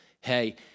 Hey